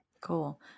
Cool